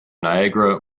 niagara